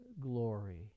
glory